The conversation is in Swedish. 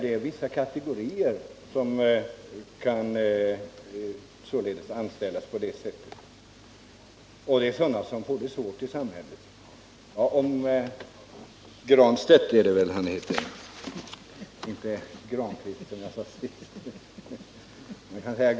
Pär Granstedt sade att vissa kategorier som har det svårt i samhället kan anställas på detta sätt.